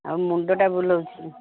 ଆଉ ମୁଣ୍ଡଟା ବୁଲଉଛି